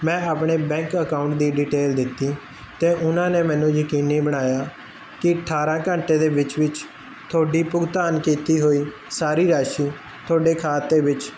ਮੈਂ ਆਪਣੇ bank account ਦੀ ਡਿਟੇਲ ਦਿੱਤੀ ਤੇ ਉਹਨਾਂ ਨੇ ਮੈਨੂੰ ਯਕੀਨੀ ਬਣਾਇਆ ਕੀ ਅਠਾਰਾਂ ਘੰਟੇ ਦੇ ਵਿੱਚ ਵਿੱਚ ਤੁਹਾਡੀ ਭੁਗਤਾਨ ਕੀਤੀ ਹੋਈ ਸਾਰੀ ਰਾਸ਼ੀ ਤੁਹਾਡੇ ਖਾਤੇ ਵਿੱਚ